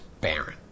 Baron